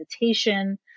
meditation